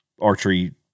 archery